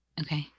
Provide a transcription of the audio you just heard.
Okay